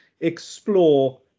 explore